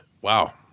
Wow